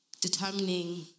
determining